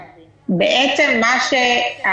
בבקשה.